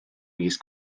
mis